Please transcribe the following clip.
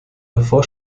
davor